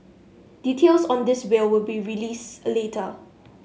details on this will will be released a later